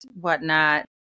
whatnot